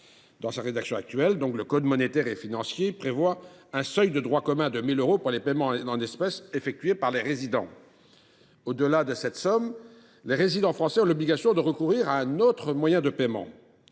Dans sa rédaction actuelle, le code monétaire et financier a prévu un seuil de droit commun de 1 000 euros pour les paiements en espèces effectués par les résidents. Au delà de cette somme, les résidents français ont l’obligation de recourir à un autre moyen de paiement.